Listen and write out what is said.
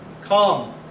Come